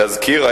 להזכיר,